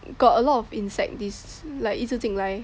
got a lot of insect this like 一直进来